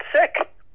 sick